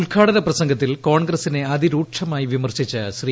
ഉദ്ഘാടന പ്രസംഗത്തിൽ കോൺഗ്രസിനെ അതിരൂക്ഷമായി വിമർശിച്ച ശ്രീ